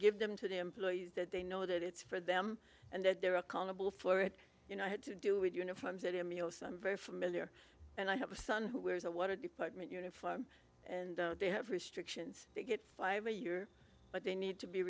give them to the employees that they know that it's for them and that they're accountable for it you know i had to do with uniforms that i'm very familiar and i have a son who wears a water department uniform and they have restrictions they get five a year but they need to be